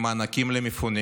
למענקים למפונים